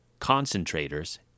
concentrators